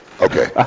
Okay